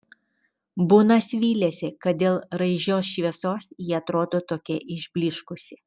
bunas vylėsi kad dėl raižios šviesos ji atrodo tokia išblyškusi